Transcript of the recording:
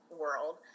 world